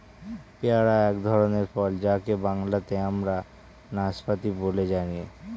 pair এক ধরনের ফল যাকে বাংলাতে আমরা নাসপাতি বলে জানি